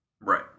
Right